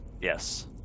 yes